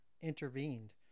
intervened